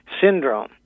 syndrome